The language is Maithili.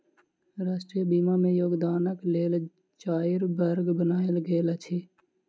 राष्ट्रीय बीमा में योगदानक लेल चाइर वर्ग बनायल गेल अछि